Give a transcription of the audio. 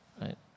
Right